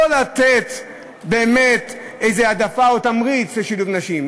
לא לתת באמת איזו העדפה או תמריץ לשילוב נשים,